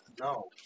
No